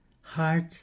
heart